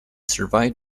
survived